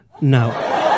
no